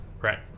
right